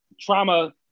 trauma